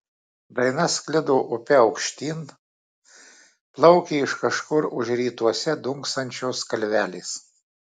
daina sklido upe aukštyn plaukė iš kažkur už rytuose dunksančios kalvelės